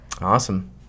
Awesome